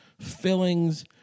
fillings